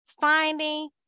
Finding